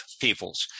peoples